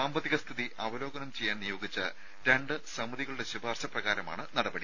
സാമ്പത്തിക സ്ഥിതി അവലോകനം ചെയ്യാൻ നിയോഗിച്ച രണ്ട് സമിതികളുടെ ശുപാർശ പ്രകാരമാണ് നടപടി